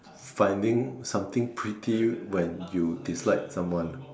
finding something petty when you dislike someone